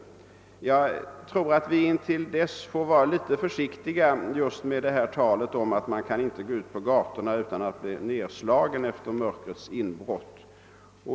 Innan så skett bör vi nog vara litet försiktiga just med talet om att man inte efter mörkrets inbrott kan gå ut på gatorna utan att bli nedslagen.